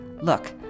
Look